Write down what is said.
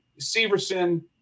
Severson